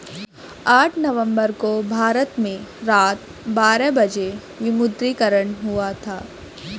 आठ नवम्बर को भारत में रात बारह बजे विमुद्रीकरण हुआ था